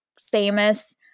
famous